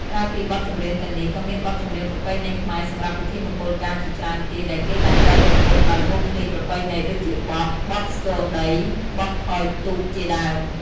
ក្រៅពីបទចម្រៀងទាំងនេះ ក៏មានបទចម្រៀងប្រពៃណីខ្មែរសម្រាប់ពិធីមង្គលការជាច្រើនទៀតដែលគេតែងតែប្រគំដោយវង់ភ្លេងប្រពៃណីដូចជាបទ "បទស្គរដី", "បទថយទូក" ជាដើម។